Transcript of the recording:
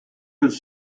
with